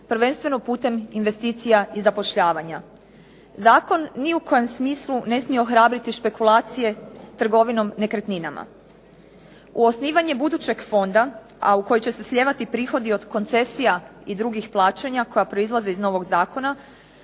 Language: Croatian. prvenstveno putem investicija i zapošljavanja. Zakon ni u kojem smislu ne smije ohrabriti špekulacije trgovinom nekretninama. U osnivanje budućeg fonda, a u koji će se slijevati prihodi od koncesija i drugih plaćanja koja proizlaze iz novog zakona,